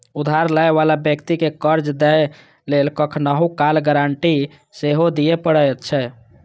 उधार लै बला व्यक्ति कें कर्ज दै लेल कखनहुं काल गारंटी सेहो दियै पड़ै छै